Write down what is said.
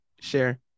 share